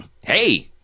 Hey